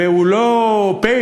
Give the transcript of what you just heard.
והוא לא paper,